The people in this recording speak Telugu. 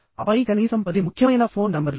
ఆపై కనీసం 10 ముఖ్యమైన ఫోన్ నంబర్లు